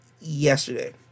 yesterday